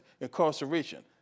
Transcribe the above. incarceration